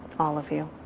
all of you?